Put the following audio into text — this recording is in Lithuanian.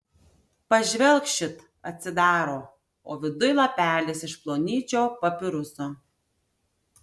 pažvelk šit atsidaro o viduj lapelis iš plonyčio papiruso